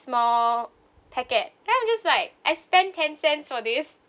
small packet then I'm just like I spend ten cents for this